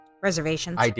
Reservations